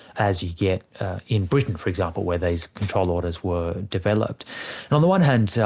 as you get in britain for example, where these control orders were developed. and on the one hand, so